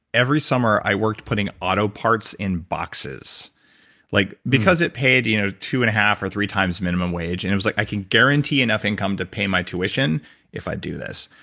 every summer i worked putting auto parts in boxes like because it paid you know tow and a half or three times minimum wage and it was like i can guarantee enough income to pay my tuition if i do this.